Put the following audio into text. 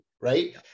right